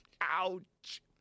Ouch